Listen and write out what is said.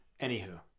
anywho